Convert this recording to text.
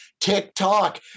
TikTok